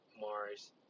Mars